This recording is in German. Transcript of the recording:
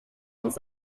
uns